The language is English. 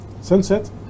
sunset